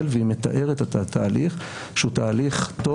והיא מתארת את התהליך שהוא תהליך טוב